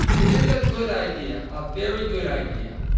it is a good idea a very good idea.